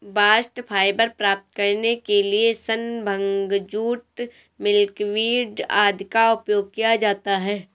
bast fibre प्राप्त करने के लिए सन, भांग, जूट, मिल्कवीड आदि का उपयोग किया जाता है